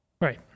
Right